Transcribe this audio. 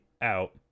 out